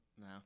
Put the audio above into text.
No